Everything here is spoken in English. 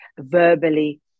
verbally